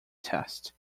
test